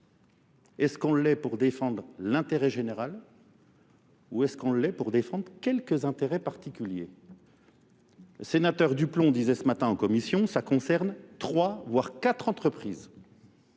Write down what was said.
Est-ce qu'on l'est pour défendre l'intérêt général ou est-ce qu'on l'est pour défendre quelques intérêts particuliers ? Le sénateur Duplomb disait ce matin en commission, ça concerne trois voire quatre entreprises.